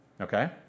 Okay